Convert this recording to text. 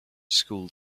school